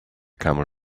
camel